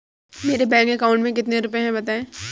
मेरे bank account में कितने रुपए हैं बताएँ?